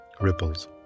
ripples